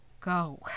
go